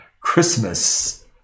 christmas